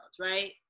right